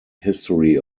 history